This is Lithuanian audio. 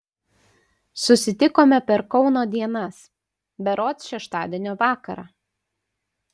susitikome per kauno dienas berods šeštadienio vakarą